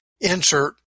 insert